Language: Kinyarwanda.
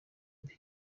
mbi